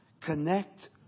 connect